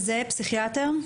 וזה פסיכיאטר?